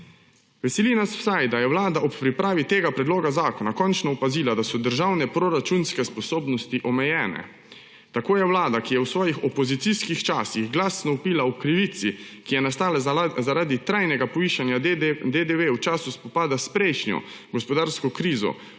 Veseli nas vsaj, da je Vlada ob pripravi tega predloga zakona končno opazila, da so državne proračunske sposobnosti omejene. Tako je Vlada, ki je v svojih opozicijskih časih glasno vpila o krivici, ki je nastala zaradi trajnega povišanja DDV v času spopada s prejšnjo gospodarsko krizo,